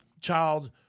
child